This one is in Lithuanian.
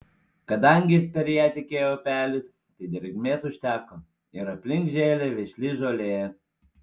kadangi per ją tekėjo upelis tai drėgmės užteko ir aplink žėlė vešli žolė